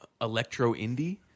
electro-indie